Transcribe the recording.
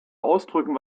ausdrücken